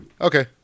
Okay